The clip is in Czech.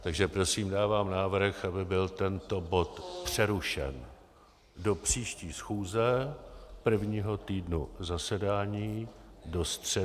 Takže prosím dávám návrh, aby byl tento bod přerušen do příští schůze, prvního týdnu zasedání, do středy v 15.05.